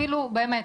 אפילו באמת,